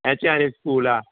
H R A school ਆ